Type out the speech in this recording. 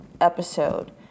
episode